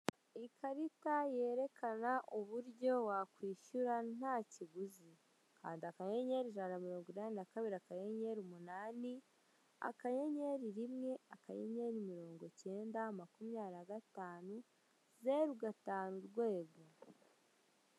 Ikarita yerekana uburyo wakwishyura nta kiguzi. Kanda akanyenyeri ijana na mirongo inani na kabiri, akanyenyeri umunani, akanyenyeri rimwe, akanyenyeri mirongo kenda makumyabiri na gatanu, zeru gatanu urwego.